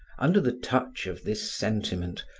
under the touch of this sentiment,